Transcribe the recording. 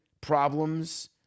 problems